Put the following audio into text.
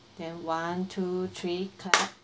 then one two three clap